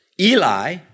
Eli